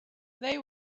they